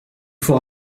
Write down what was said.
faut